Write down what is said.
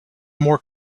more